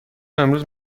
امروز